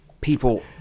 people